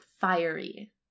fiery